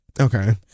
Okay